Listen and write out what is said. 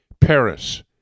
Paris